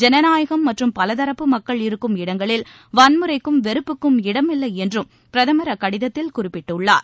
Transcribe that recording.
ஜனநாயகம் மற்றும் பலதரப்பு மக்கள் இருக்கும் இடங்களில் வன்முறைக்கும் வெறுப்புக்கும் இடமில்லை என்றும் பிரதமர் அக்கடதத்தில் குறிப்பிட்டுள்ளார்